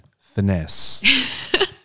finesse